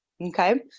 okay